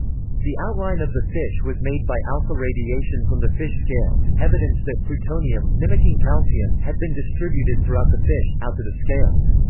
the outline of the fish was made by alpha radiation from the fish scales, evidence that plutonium, mimicking calcium, had been distributed throughout the fish, out to the scales.